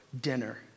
dinner